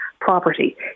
property